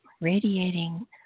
radiating